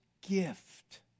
gift